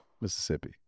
Mississippi